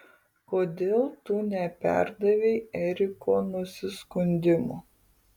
kodėl tu neperdavei eriko nusiskundimų